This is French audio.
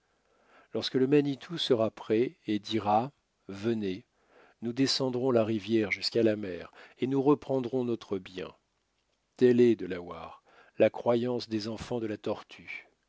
lorsque le manitou sera prêt et dira venez nous descendrons la rivière jusqu'à la mer et nous reprendrons notre bien telle est delawares la croyance des enfants de la tortue